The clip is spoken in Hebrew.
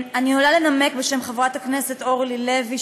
אני עולה לנמק בשם חברת הכנסת אורלי לוי,